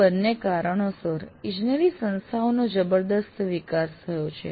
આ બંને કારણોસર ઇજનેરી સંસ્થાઓનો જબરદસ્ત વિકાસ થયો છે